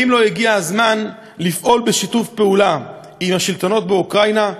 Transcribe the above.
האם לא הגיע הזמן לפעול בשיתוף פעולה עם השלטונות באוקראינה?